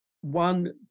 One